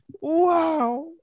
wow